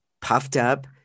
puffed-up